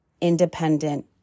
independent